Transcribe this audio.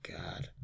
god